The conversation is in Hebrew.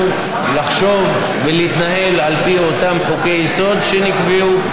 לחשוב ולהתנהל על פי אותם חוקי-יסוד שנקבעו.